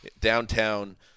downtown